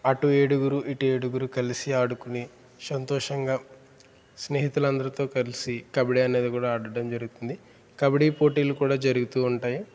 అటు ఏడుగురు ఇటు ఏడుగురు కలిసి ఆడుకుని సంతోషంగా స్నేహితులందరితో కలిసి కబడ్డీ అనేది కూడా ఆడటం జరుగుతుంది కబడ్డీ పోటీలు కూడా జరుగుతూ ఉంటాయి